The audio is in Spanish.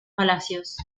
palacios